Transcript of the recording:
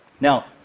now,